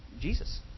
Jesus